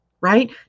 right